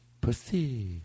Pussy